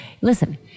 Listen